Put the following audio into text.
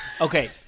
Okay